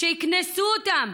שיקנסו אותם,